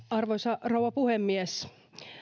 arvoisa rouva puhemies